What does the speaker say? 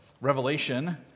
Revelation